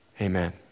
Amen